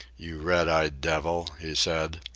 you red-eyed devil, he said,